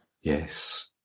Yes